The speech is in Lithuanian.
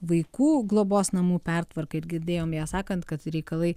vaikų globos namų pertvarką ir girdėjom ją sakant kad reikalai